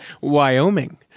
Wyoming